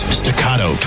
staccato